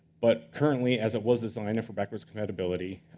but currently, as it was designed and for backwards compatibility,